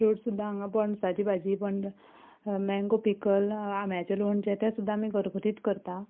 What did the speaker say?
fruits सुद्दां हांगा पणसाची भाजी पूण मँगो पिकल आंब्याचें लोणचें तें सुद्दां आमी घरगुतीच करता